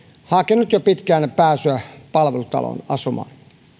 hakenut jo pitkään pääsyä palvelutaloon asumaan